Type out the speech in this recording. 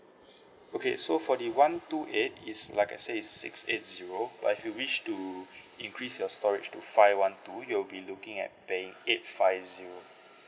okay so for the one two eight is like I say is six eight zero but if you wish to increase your storage to five one two you'll be looking at paying eight five zero